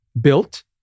built